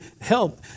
help